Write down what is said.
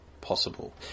possible